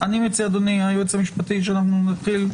אדוני היועץ המשפטי, אני מציע שנתחיל.